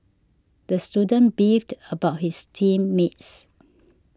the student beefed about his team mates